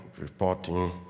Reporting